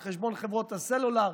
על חשבון חברות הסלולר,